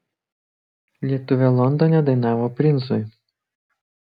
lietuvė londone dainavo princui